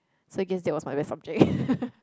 so I guess that was my best subject